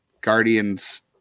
guardians